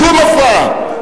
שום הפרעה.